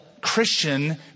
Christian